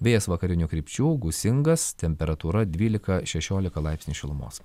vėjas vakarinių krypčių gūsingas temperatūra dvylika šešiolika laipsnių šilumos